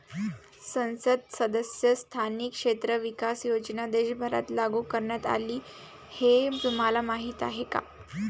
संसद सदस्य स्थानिक क्षेत्र विकास योजना देशभरात लागू करण्यात आली हे तुम्हाला माहीत आहे का?